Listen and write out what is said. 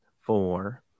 four